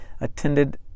attended